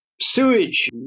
sewage